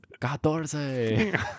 catorce